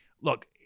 Look